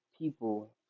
People